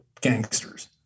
gangsters